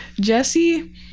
Jesse